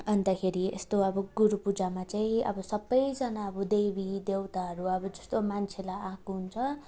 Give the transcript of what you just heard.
अन्तखेरि यस्तो अब गुरु पूजामा चाहिँ अब सबैजना अब देवी देवताहरू अब जस्तो मान्छेलाई आएको हुन्छ